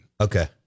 Okay